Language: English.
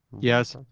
yes,